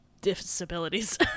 disabilities